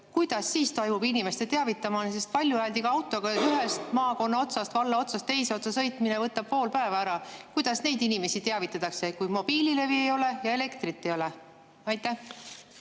korral toimub inimeste teavitamine, sest valjuhääldiga autoga ühest maakonna otsast, valla otsast teise otsa sõitmine võtab pool päeva ära? Kuidas neid inimesi teavitatakse, kui mobiililevi ei ole ja elektrit ei ole? Aitäh!